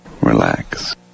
Relax